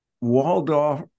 Waldorf